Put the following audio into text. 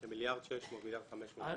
כמיליארד ו-600 מיליון שקלים בשנה.